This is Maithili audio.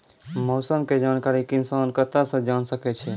मौसम के जानकारी किसान कता सं जेन सके छै?